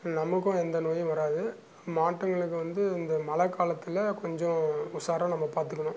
நமக்கும் எந்த நோயும் வராது மாட்டுங்களுக்கு வந்து இந்த மழை காலத்தில் கொஞ்சம் உசாராக நம்ம பார்த்துக்குணும்